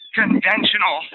conventional